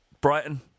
Brighton